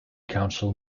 council